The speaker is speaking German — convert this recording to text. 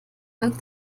wirkt